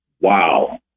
Wow